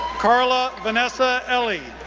karla vanessa elie,